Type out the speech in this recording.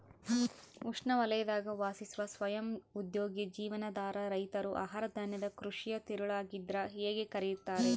ಉಷ್ಣವಲಯದಾಗ ವಾಸಿಸುವ ಸ್ವಯಂ ಉದ್ಯೋಗಿ ಜೀವನಾಧಾರ ರೈತರು ಆಹಾರಧಾನ್ಯದ ಕೃಷಿಯ ತಿರುಳಾಗಿದ್ರ ಹೇಗೆ ಕರೆಯುತ್ತಾರೆ